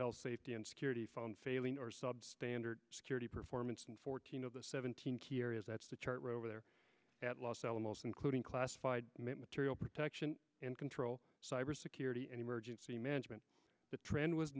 health safety and security phone failing or substandard security performance and fourteen of the seventeen key areas that's the charter over there at los alamos including classified material protection control cyber security and emergency management the trend was